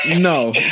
No